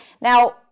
Now